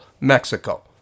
Mexico